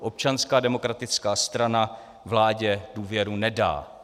Občanská demokratická strana vládě důvěru nedá.